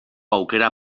aukera